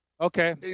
okay